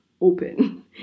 open